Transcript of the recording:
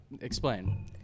Explain